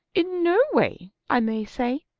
in no way, i may say.